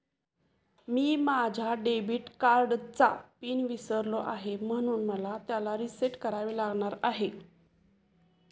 मी माझ्या डेबिट कार्डचा पिन विसरलो आहे म्हणून मला त्याला रीसेट करावे लागणार आहे